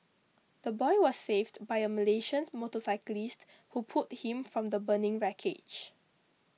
the boy was saved by a Malaysian motorcyclist who pulled him from the burning wreckage